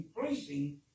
increasing